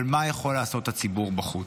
אבל מה יכול לעשות הציבור בחוץ?